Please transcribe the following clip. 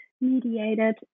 mediated